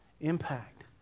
impact